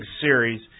series